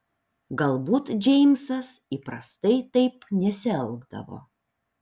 galbūt džeimsas įprastai taip nesielgdavo